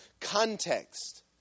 context